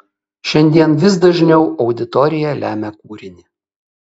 šiandien vis dažniau auditorija lemia kūrinį